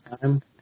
time